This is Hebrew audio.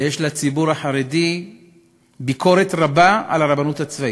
ויש לציבור החרדי ביקורת רבה על הרבנות הצבאית.